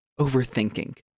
overthinking